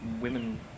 women